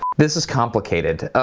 this is complicated.